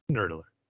Nerdler